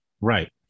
Right